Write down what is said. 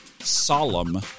solemn